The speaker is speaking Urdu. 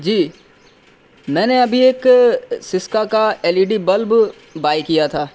جی میں نے ابھی ایک سسکا کا L E D bulb buy کیا تھا